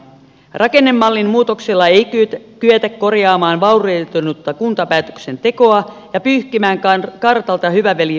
rakennemallin muutoksella ei kyetä korjaamaan vaurioitunutta kuntapäätöksentekoa ja pyyhkimään kartalta hyvä veli verkostoja